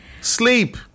sleep